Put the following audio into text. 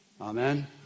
Amen